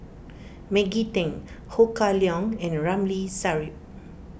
Maggie Teng Ho Kah Leong and Ramli Sarip